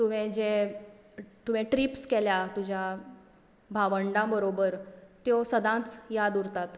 तुवें जें तुवें ट्रिप्स केल्या तुज्या भावंडा बरोबर त्यो सदांच याद उरतात